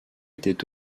était